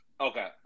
Okay